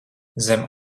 zem